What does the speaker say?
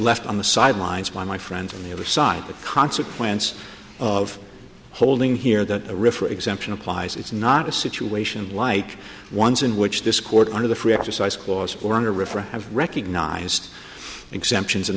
left on the sidelines when my friends on the other side a consequence of holding here the river exemption applies it's not a situation like ones in which this court under the free exercise clause or a river has recognized exemptions in